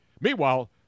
Meanwhile